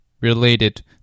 Related